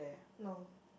no